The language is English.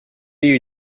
you